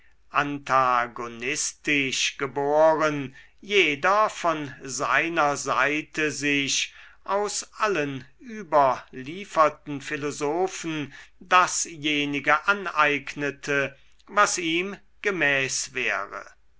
antagonistisch geboren jeder von seiner seite sich aus allen überlieferten philosophien dasjenige aneignete was ihm gemäß wäre